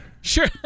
Sure